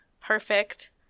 Perfect